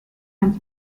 and